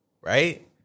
right